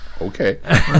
Okay